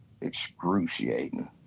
excruciating